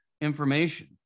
information